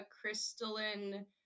crystalline